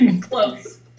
Close